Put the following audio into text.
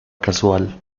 casual